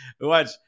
Watch